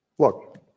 Look